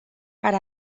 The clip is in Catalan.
per